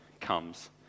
comes